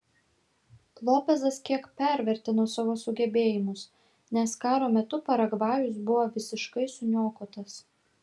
lopezas kiek pervertino savo sugebėjimus nes karo metu paragvajus buvo visiškai suniokotas